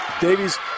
Davies